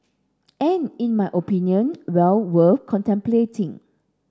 and in my opinion well worth contemplating